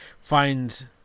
find